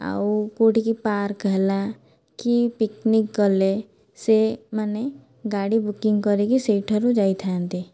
ଆଉ କେଉଁଠିକି ପାର୍କ ହେଲା କି ପିକନିକ୍ ଗଲେ ସେ ମାନେ ଗାଡ଼ି ବୁକିଂ କରିକି ସେହିଠାରୁ ଯାଇଥାନ୍ତି